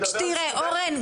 תראה אורן,